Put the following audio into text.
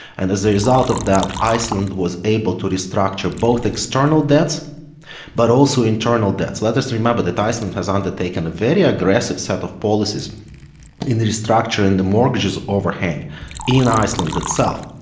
and as a result of that, iceland was able to restructure both external debts but also internal debts. let us remember that iceland has undertaken a very aggressive set of policies in the restructure in the mortgages overhang in iceland itself.